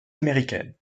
américaines